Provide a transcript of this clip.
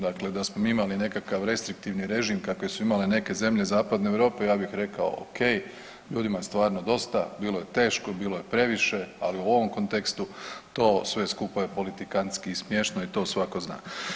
Dakle, da smo mi imali nekakav restriktivni režim kakve su imale neke zemlje zapadne Europe ja bih rekao o.k. ljudima je stvarno dosta, bilo je teško, bilo je previše ali u ovom kontekstu to sve skupa je politikantski i smiješno i to svatko zna.